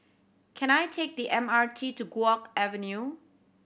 can I take the M R T to Guok Avenue